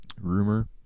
Rumor